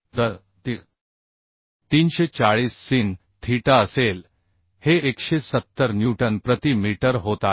तर ते 340 sin theta असेल हे 170 न्यूटन प्रति मीटर होत आहे